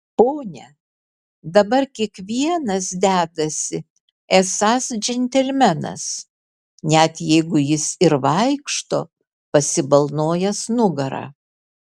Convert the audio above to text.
pone dabar kiekvienas dedasi esąs džentelmenas net jeigu jis ir vaikšto pasibalnojęs nugarą